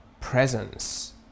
presence